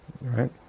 right